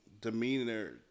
demeanor